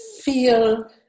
feel